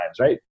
Right